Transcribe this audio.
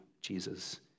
Jesus